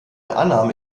annahme